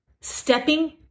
stepping